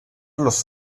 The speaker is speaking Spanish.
los